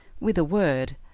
with a word,